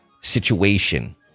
situation